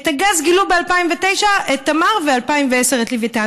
את הגז גילו ב-2009, את תמר, וב-2010, את לווייתן.